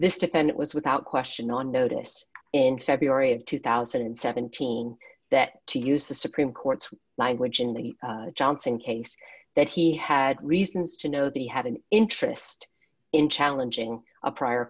this to end it was without question on notice in february of two thousand and seventeen that to use the supreme court's language in the johnson case that he had reasons to know that he had an interest in challenging a prior